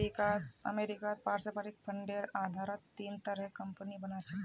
अमरीकात पारस्परिक फंडेर आधारत तीन तरहर कम्पनि बना छेक